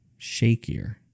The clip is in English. shakier